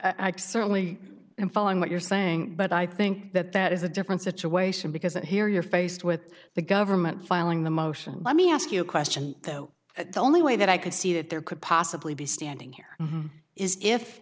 think certainly i'm following what you're saying but i think that that is a different situation because and here you're faced with the government filing the motion let me ask you a question though the only way that i could see that there could possibly be standing here is if